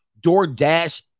DoorDash